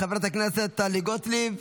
חברת הכנסת טלי גוטליב,